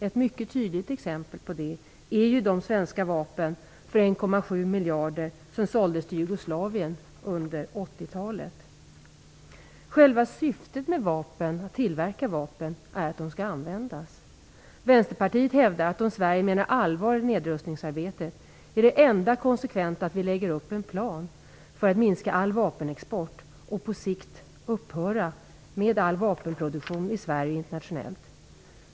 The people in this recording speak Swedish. Ett tydligt exempel på detta är ju de svenska vapen som såldes till ett värde av 1,7 miljarder kronor till Jugoslavien under 80-talet. Själva syftet med att tillverka vapen är att de skall användas. Vänsterpartiet hävdar att om Sverige menar allvar i nedrustningsarbetet är det enda konsekventa att lägga upp en plan för att minska all vapenexport och på sikt upphöra med all vapenproduktion i Sverige och internationellt.